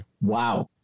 wow